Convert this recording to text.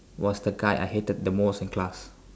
was the guy I hated the most in class